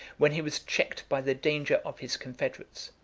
when he was checked by the danger of his confederates.